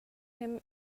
him